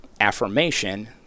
affirmation